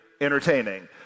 entertaining